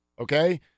Okay